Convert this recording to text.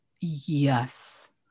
yes